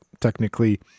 technically